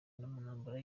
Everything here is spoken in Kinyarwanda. ntambara